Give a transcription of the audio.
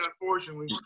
unfortunately